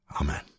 Amen